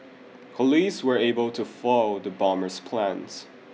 police were able to foil the bomber's plans